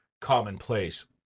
commonplace